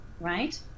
Right